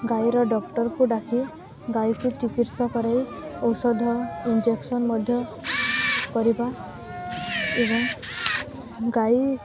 ଗାଈର ଡକ୍ଟରକୁ ଡାକି ଗାଈକୁ ଚିକିତ୍ସା କରାଇ ଔଷଧ ଇଞ୍ଜେକ୍ସନ୍ ମଧ୍ୟ କରିବା ଏବଂ ଗାଈ